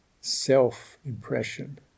self-impression